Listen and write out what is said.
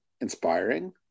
inspiring